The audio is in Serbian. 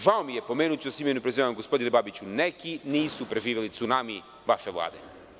Žao mi je, pomenuću sa imenom i prezimenom, gospodine Babiću, neki nisu preživeli cunami vaše Vlade.